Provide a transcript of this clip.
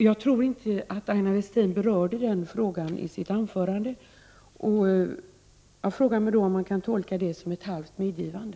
Jag tror inte att Aina Westin berörde den frågan i sitt anförande. Kan man tolka det som ett halvt medgivande?